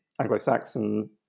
Anglo-Saxon